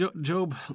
Job